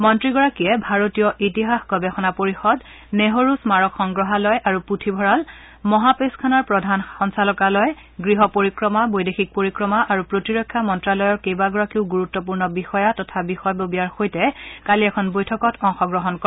মন্ত্ৰীগৰাকীয়ে ভাৰতীয় ইতিহাস গৱেষণা পৰিয়দ নেহৰু স্মাৰক সংগ্ৰহালয় আৰু পৃথিভঁৰালমহাপেচখানাৰ প্ৰধান সঞ্চালকালয় গৃহ পৰিক্ৰমা বৈদেশিক পৰিক্ৰমা আৰু প্ৰতিৰক্ষা মন্ত্যালয়ৰ কেইবাগৰাকীও গুৰুত্পূৰ্ণ বিষয়া তথা বিষয়ববীয়াৰ সৈতে কালি এখন বৈঠকত অংশগ্ৰহণ কৰে